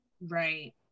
Right